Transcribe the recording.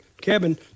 Kevin